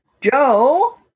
Joe